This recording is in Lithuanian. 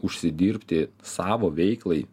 užsidirbti savo veiklai